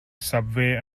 subway